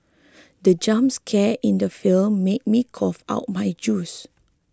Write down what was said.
the jump scare in the film made me cough out my juice